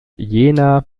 jena